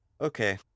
Okay